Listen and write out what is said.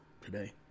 today